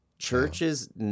Churches